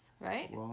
Right